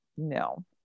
no